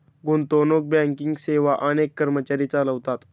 गुंतवणूक बँकिंग सेवा अनेक कर्मचारी चालवतात